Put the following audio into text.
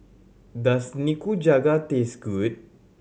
does Nikujaga taste good